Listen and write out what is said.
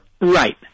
Right